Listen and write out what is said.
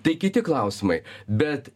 tai kiti klausimai bet